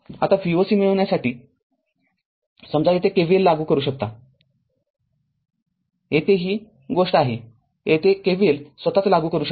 आता Voc मिळविण्यासाठी समजा येथे KVL लागू करू शकता येथे ही गोष्ट येथे KVL स्वतःच लागू करू शकता